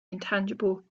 intangible